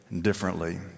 differently